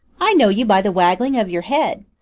i know you by the waggling of your head.